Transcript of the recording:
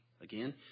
Again